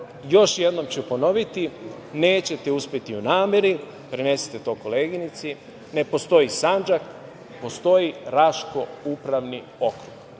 još jednom ću ponoviti, nećete uspeti u nameri, prenesite to koleginici. Ne postoji Sandžak, postoji Raški upravni okrug.